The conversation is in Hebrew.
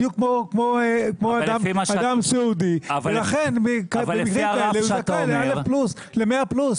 בדיוק כמו אדם סיעודי ולכן במקרים אלה הוא זכאי ל-100 פלוס.